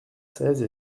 seize